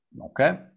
Okay